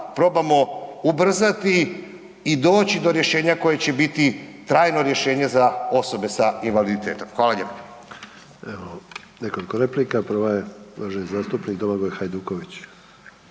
probamo ubrzati i doći do rješenja koje će biti trajno rješenje za osobe sa invaliditetom. Hvala. **Sanader, Ante (HDZ)** Evo nekoliko replika, prva je uvaženi zastupnik Domagoj Hajduković.